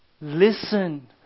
Listen